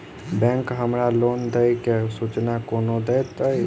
Bank हमरा loan देय केँ सूचना कोना देतय?